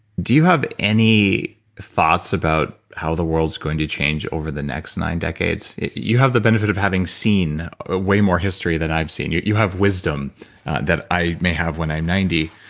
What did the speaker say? do you have any thoughts about how the world is going to change over the next nine decades? you have the benefit of having seen ah way more history than i've seen, you you have wisdom that i may have when i'm ninety,